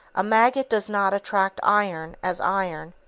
a magnet does not attract iron, as iron.